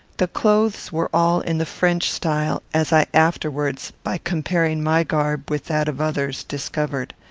the clothes were all in the french style, as i afterwards, by comparing my garb with that of others, discovered.